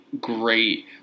great